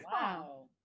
Wow